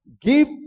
Give